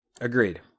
agreed